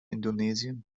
indonesien